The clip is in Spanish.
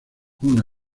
una